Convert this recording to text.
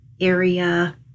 area